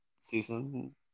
season